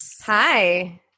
Hi